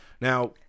Now